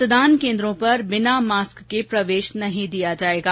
मतदान केन्द्रों पर बिना मास्क के प्रवेश नहीं दिया जायेगा